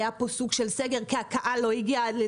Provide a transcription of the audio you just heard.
היה פה סוג של סגר כי הקהל לא הגיע בגלל